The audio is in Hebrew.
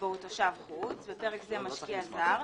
בו הוא תושב חוץ (בפרק זה משקיע זר),